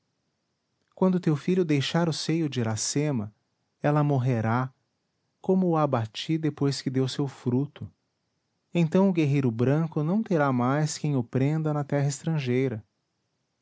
a verde rama quando teu filho deixar o seio de iracema ela morrerá como o abati depois que deu seu fruto então o guerreiro branco não terá mais quem o prenda na terra estrangeira